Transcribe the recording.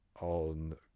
on